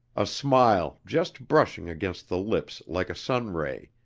a smile just brushing against the lips like a sun ray,